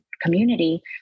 community